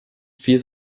vier